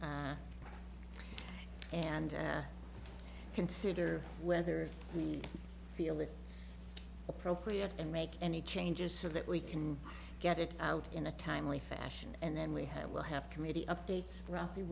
see and consider whether we feel it appropriate to make any changes so that we can get it out in a timely fashion and then we have we'll have committee updates roughly